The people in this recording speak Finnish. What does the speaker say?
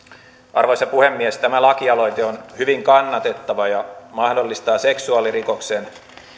arvoisa puhemies tämä lakialoite on hyvin kannatettava ja mahdollistaa seksuaalirikoksen